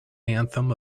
anthem